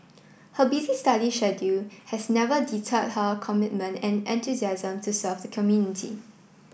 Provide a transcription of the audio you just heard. her busy study schedule has never deterred her commitment and enthusiasm to serve the community